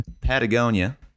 Patagonia